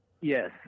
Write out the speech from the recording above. Yes